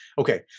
Okay